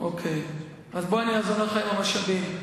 אני אעזור לך עם המשאבים.